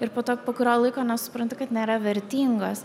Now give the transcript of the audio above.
ir po to po kurio laiko nesupranti kad nėra vertingos